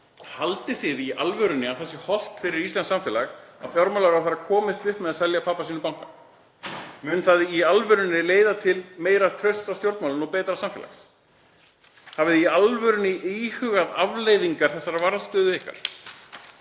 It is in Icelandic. Haldið þið í alvörunni að það sé hollt fyrir íslenskt samfélag að fjármálaráðherra komist upp með að selja pabba sínum banka? Mun það í alvörunni leiða til meira trausts á stjórnmálunum og betra samfélags? Hafið þið í alvörunni íhugað afleiðingar þessarar varðstöðu ykkar?